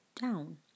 down